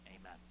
amen